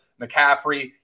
McCaffrey